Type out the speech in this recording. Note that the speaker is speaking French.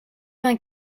vingt